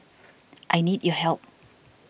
I need your help